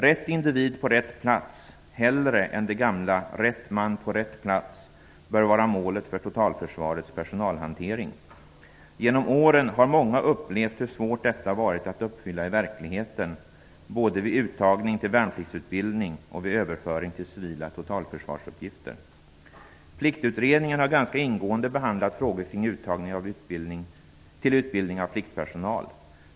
"Rätt individ på rätt plats" hellre än det gamla "rätt man på rätt plats" - bör vara målet för totalförsvarets personalhantering. Genom åren har många upplevt hur svårt detta varit att uppfylla i verkligheten, både vid uttunning till värnpliktsutbildning och vid överföringar till civila totalförsvarsuppgifter. Pliktutredningen har ganska ingående behandlat frågor kring uttagning till utbildning av pliktpersonal.